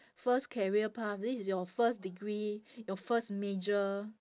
first career path this is your first degree your first major